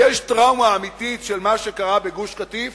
ויש טראומה אמיתית של מה שקרה בגוש-קטיף,